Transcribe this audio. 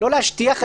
לא להשטיח,